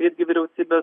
irgi vyriausybės